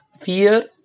fear